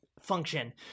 function